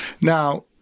Now